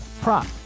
prop